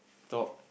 top